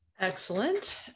Excellent